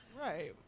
Right